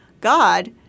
God